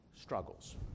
struggles